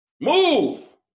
move